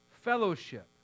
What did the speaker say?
Fellowship